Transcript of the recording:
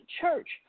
church